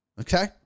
okay